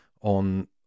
on